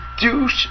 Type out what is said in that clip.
douche